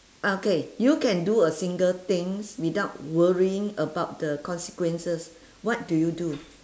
okay you can do a single things without worrying about the consequences what do you do